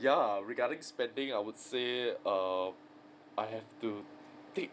ya regarding spending I would say um I have to take